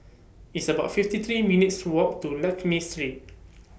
It's about fifty three minutes' Walk to Lakme Street